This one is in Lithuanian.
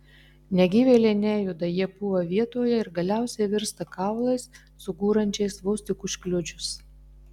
negyvėliai nejuda jie pūva vietoje ir galiausiai virsta kaulais sugūrančiais vos tik užkliudžius